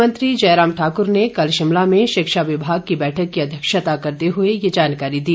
मुख्यमंत्री जयराम ठाक्र ने कल शिमला में शिक्षा विभाग की बैठक की अध्यक्षता करते हुए यह जानकारी दी